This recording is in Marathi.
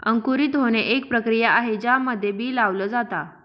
अंकुरित होणे, एक प्रक्रिया आहे ज्यामध्ये बी लावल जाता